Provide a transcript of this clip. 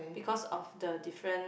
because of the different